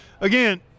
again